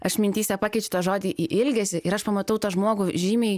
aš mintyse pakeičiu tą žodį į ilgesį ir aš pamatau tą žmogų žymiai